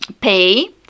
pay